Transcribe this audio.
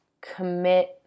commit